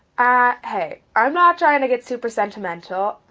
ah hey, i'm not trying to get super sentimental,